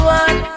one